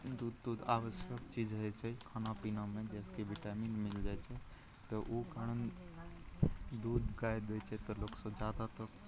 दूध तूध आवश्यक चीज होइ छै खाना पिनामे जाहिसेकि विटामिन डी मिलि जाए छै तऽ ओहि कारण दूध गाइ दै छै तऽ लोकसभ जादातर